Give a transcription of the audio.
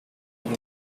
you